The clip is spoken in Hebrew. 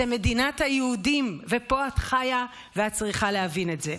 זו מדינת היהודים ופה את חיה ואת צריכה להבין את זה.